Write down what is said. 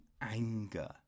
anger